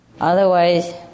Otherwise